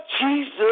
Jesus